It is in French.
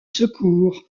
secours